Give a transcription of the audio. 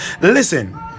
Listen